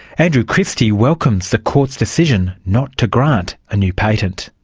andrew christie welcomes the court's decision not to grant a new patent.